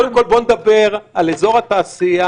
אבל קודם כול בוא נדבר על אזור התעשייה